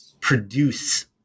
produce